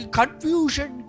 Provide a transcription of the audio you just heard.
confusion